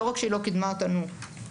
לא רק שהיא לא קידמה אותנו קדימה,